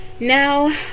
now